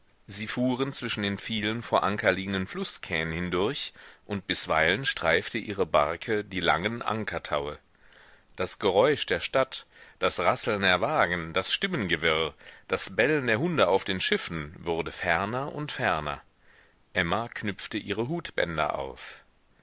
sie fuhren zwischen den vielen vor anker liegenden flußkähnen hindurch und bisweilen streifte ihre barke die langen ankertaue das geräusch der stadt das rasseln der wagen das stimmengewirr das bellen der hunde auf den schiffen wurde ferner und ferner emma knüpfte ihre hutbänder auf